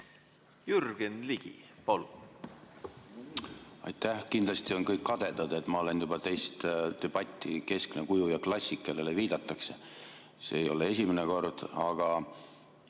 Jürgen Ligi, palun! Aitäh! Kindlasti on kõik kadedad, et ma olen juba teist debatti keskne kuju ja klassik, kellele viidatakse. See ei ole esimene kord. Aga